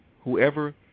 Whoever